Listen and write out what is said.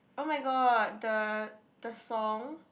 oh my god the the song